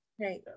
Right